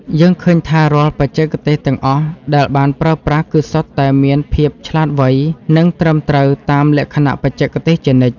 យើងឃើញថារាល់បច្ចេកទេសទាំងអស់ដែលបានប្រើប្រាស់គឺសុទ្ធតែមានភាពឆ្លាតវៃ និង ត្រឹមត្រូវតាមលក្ខណៈបច្ចេកទេសជានិច្ច។